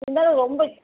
இருந்தாலும் ரொம்ப